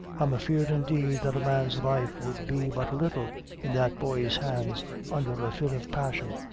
i'm afeard, indeed', that a man's life would be but little in that boy's hands under a fit of passion.